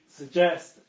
suggest